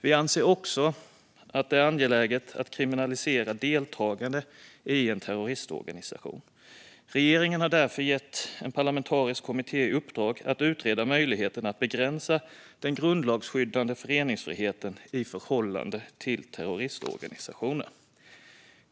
Vi anser också att det är angeläget att kriminalisera deltagande i en terroristorganisation. Regeringen har därför gett en parlamentarisk kommitté i uppdrag att utreda möjligheten att begränsa den grundlagsskyddade föreningsfriheten i förhållande till terroristorganisationer.